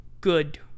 good